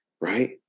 right